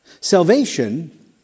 Salvation